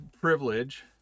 privilege